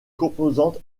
composante